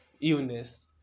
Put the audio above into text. illness